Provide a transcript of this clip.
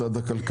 את משרד הכלכלה,